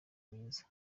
myiza